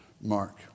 Mark